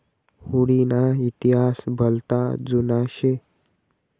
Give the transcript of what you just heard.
हुडी ना इतिहास भलता जुना शे